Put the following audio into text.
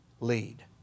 lead